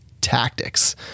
tactics